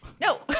No